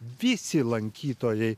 visi lankytojai